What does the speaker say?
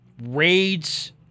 raids